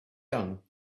young